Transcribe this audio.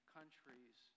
countries